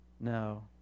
no